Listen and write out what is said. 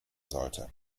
sollte